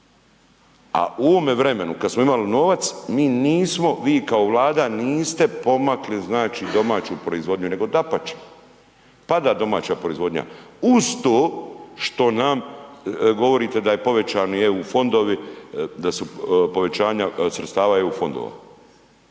a u ovome vremenu kad smo imali novac, mi nismo, vi kao Vlada niste pomakli znači domaću proizvodnju, nego dapače pada domaća proizvodnja, uz to što nam, govorite da je povećani EU fondovi, da su povećanja sredstava EU fondova.